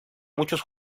muchos